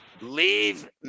leave